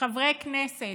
כחברי כנסת.